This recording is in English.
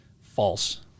false